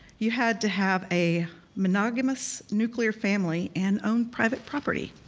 you had to have a monogamous nuclear family and own private property.